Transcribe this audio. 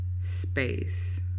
space